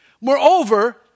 Moreover